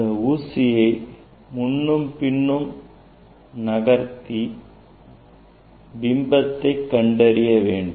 இந்த ஊசியை முன்னும் பின்னும் நகர்த்தி பிம்பத்தைக் கண்டறிய வேண்டும்